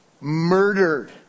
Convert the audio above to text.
murdered